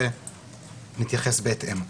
ונתייחס בהתאם.